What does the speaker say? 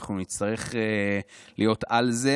שאנחנו נצטרך להיות על זה